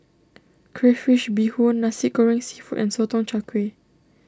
Crayfish BeeHoon Nasi Goreng Seafood and Sotong Char Kway